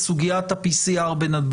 על סוגיית ה- PCR בנתב"ג,